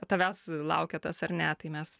tavęs laukia tas ar ne tai mes